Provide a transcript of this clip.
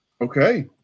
Okay